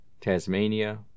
Tasmania